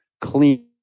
clean